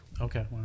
Okay